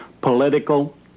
political